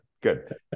good